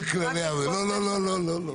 לא, לא, לא.